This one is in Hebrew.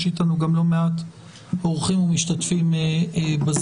יש לנו אתמול לא מעט אורחים ומשתתפים ב-זום.